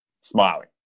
smiling